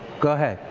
go ahead.